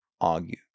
argue